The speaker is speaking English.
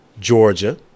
Georgia